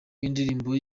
y’indirimbo